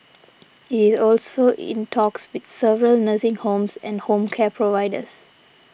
it is also in talks with several nursing homes and home care providers